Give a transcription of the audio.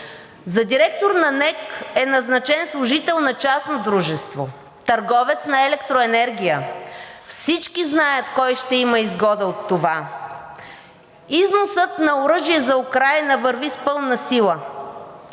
За директор на НЕК е назначен служител на частно дружество, търговец на електроенергия. Всички знаят кой ще има изгода от това. Износът на оръжие за Украйна върви с пълна сила